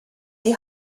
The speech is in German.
die